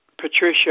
Patricia